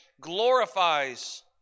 glorifies